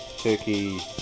Turkey